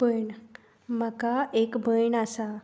भयण माका एक भयण आसा